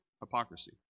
hypocrisy